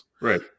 Right